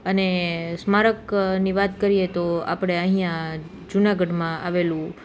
અને સ્મારક ની વાત કરીએ તો આપણે અહીંયા જુનાગઢમાં આવેલું